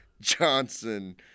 Johnson